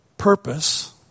purpose